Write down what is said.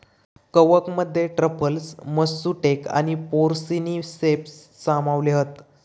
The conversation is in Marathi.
कवकमध्ये ट्रफल्स, मत्सुटेक आणि पोर्सिनी सेप्स सामावले हत